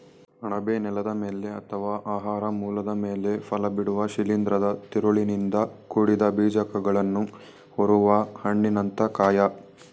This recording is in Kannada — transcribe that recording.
ಅಣಬೆ ನೆಲದ ಮೇಲೆ ಅಥವಾ ಆಹಾರ ಮೂಲದ ಮೇಲೆ ಫಲಬಿಡುವ ಶಿಲೀಂಧ್ರದ ತಿರುಳಿನಿಂದ ಕೂಡಿದ ಬೀಜಕಗಳನ್ನು ಹೊರುವ ಹಣ್ಣಿನಂಥ ಕಾಯ